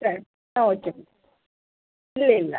thanks okay ഇല്ല ഇല്ല